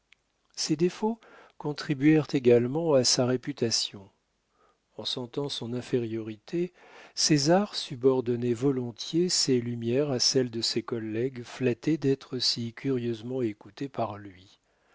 ses défauts contribuèrent également à sa réputation en sentant son infériorité césar subordonnait volontiers ses lumières à celles de ses collègues flattés d'être si curieusement écoutés par lui